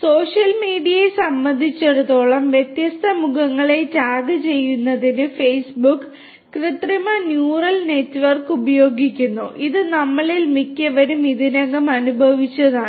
social മീഡിയയെ സംബന്ധിച്ചിടത്തോളം വ്യത്യസ്ത മുഖങ്ങളെ ടാഗുചെയ്യുന്നതിന് ഫേസ്ബുക്ക് കൃത്രിമ ന്യൂറൽ നെറ്റ്വർക്ക് ഉപയോഗിക്കുന്നു ഇത് നമ്മളിൽ മിക്കവരും ഇതിനകം അനുഭവിച്ചതാണ്